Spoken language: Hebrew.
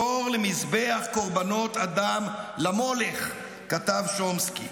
בתור למזבח קורבנות אדם למולך", כתב שומסקי.